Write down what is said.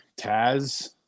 Taz